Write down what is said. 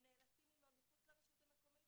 הם נאלצים ללמוד מחוץ לרשות המקומית